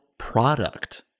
product